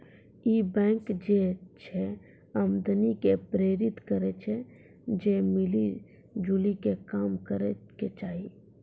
इ बैंक जे छे आदमी के प्रेरित करै छै जे मिली जुली के काम करै के चाहि